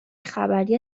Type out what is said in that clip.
خبری